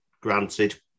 granted